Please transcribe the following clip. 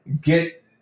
get